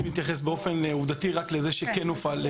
אני מתייחס באופן עובדתי לזה שכן הופעל מדרג ג'.